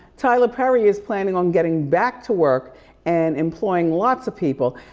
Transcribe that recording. tyler perry is planning on getting back to work and employing lots of people.